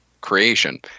creation